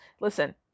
Listen